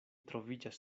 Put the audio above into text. troviĝas